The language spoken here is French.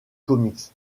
comics